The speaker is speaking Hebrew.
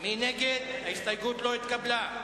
רשויות מקומיות, לא נתקבלו.